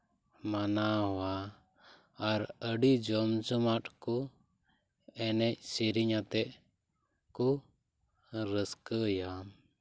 ᱢᱟᱱᱟᱣᱟ ᱟᱨ ᱟᱹᱰᱤ ᱡᱚᱢ ᱡᱚᱢᱟᱴ ᱠᱚ ᱮᱱᱮᱡ ᱥᱮᱨᱮᱧ ᱟᱛᱮᱫ ᱠᱚ ᱨᱟᱹᱥᱠᱟᱹᱭᱟ